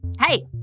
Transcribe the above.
hey